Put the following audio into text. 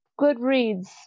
Goodreads